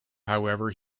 however